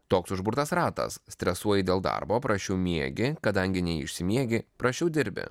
toks užburtas ratas stresuoji dėl darbo prasčiau miegi kadangi neišsimiegi prasčiau dirbi